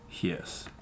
Yes